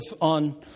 on